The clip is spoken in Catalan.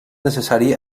necessari